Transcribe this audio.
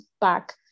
back